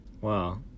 Wow